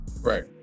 Right